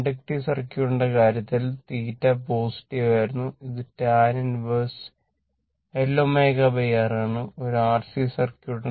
ഇത് tan 1